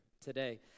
today